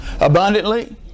Abundantly